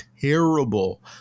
terrible